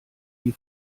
die